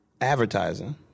advertising